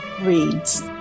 reads